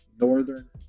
northern